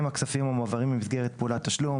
הוא משלם הכספים המועברים במסגרת פעולת תשלום,